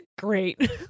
Great